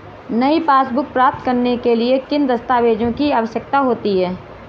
नई पासबुक प्राप्त करने के लिए किन दस्तावेज़ों की आवश्यकता होती है?